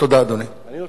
תודה, אדוני.